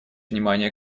внимание